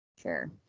sure